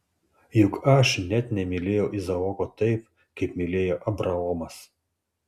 juk aš net nemylėjau izaoko taip kaip mylėjo abraomas